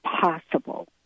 possible